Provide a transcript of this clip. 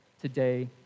Today